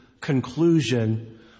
conclusion